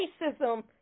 racism